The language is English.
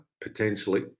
potentially